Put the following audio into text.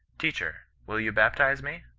teacher, will you baptize me?